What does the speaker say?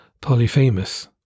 Polyphemus